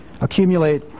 Accumulate